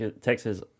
Texas